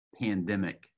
pandemic